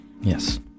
Yes